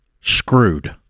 Screwed